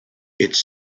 its